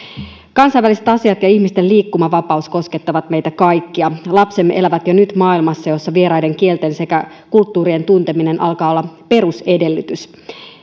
kansainväliset asiat ja ihmisten liikkumavapaus koskettavat meitä kaikkia lapsemme elävät jo nyt maailmassa jossa vieraiden kielten sekä kulttuurien tunteminen alkaa olla perusedellytys